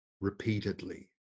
repeatedly